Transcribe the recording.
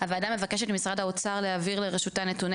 הוועדה מבקשת ממשרד האוצר להעביר לרשותה נתוני